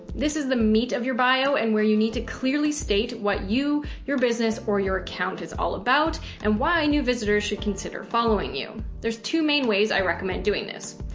this is the meat of your bio and where you need to clearly state what you, your business or your account is all about and why new visitors should consider following you. there's two main ways i recommend doing this.